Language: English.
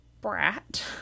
brat